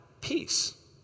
peace